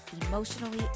emotionally